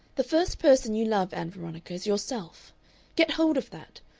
the first person you love, ann veronica, is yourself get hold of that!